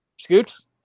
Scoots